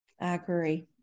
Agree